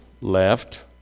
left